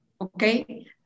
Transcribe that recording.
Okay